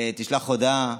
תשלח הודעה,